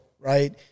right